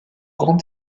grand